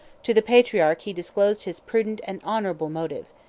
to the patriarch he disclosed his prudent and honorable motive.